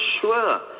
sure